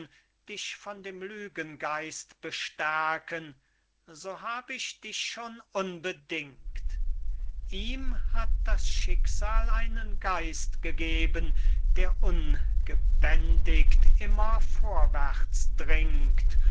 dich von dem lügengeist bestärken so hab ich dich schon unbedingt ihm hat das schicksal einen geist gegeben der ungebändigt immer vorwärts dringt